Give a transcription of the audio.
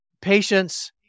patience